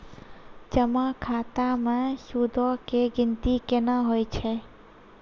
जमा खाता मे सूदो के गिनती केना होय छै?